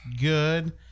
good